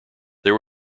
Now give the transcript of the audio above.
there